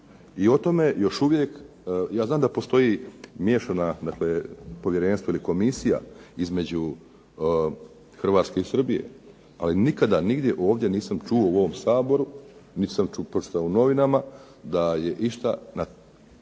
I o tome još uvijek, ja znam da postoji miješano povjerenstvo ili komisija između Hrvatske i Srbije ali nikada nigdje ovdje nisam čuo u ovom Saboru niti sam pročitao u novinama da išta ta